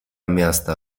miasta